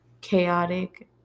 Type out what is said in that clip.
chaotic